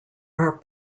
are